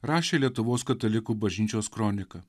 rašė lietuvos katalikų bažnyčios kronika